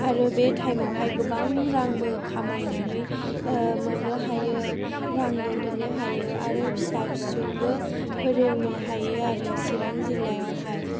आरो बे टाइमआवहाय गोबां रांबो खामायनानै मोननो हायो रांबो मोननो हायो आरो फिसा फिसौबो फोरोंनो हायो चिरां जिल्लायावहाय